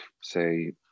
say